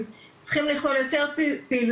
הם צריכים לעשות יותר פעילויות,